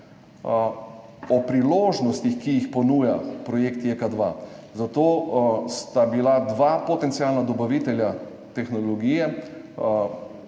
o priložnostih, ki jih ponuja projekt JEK2. Zato sta bila dva potencialna dobavitelja tehnologije,